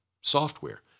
software